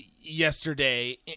yesterday